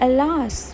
Alas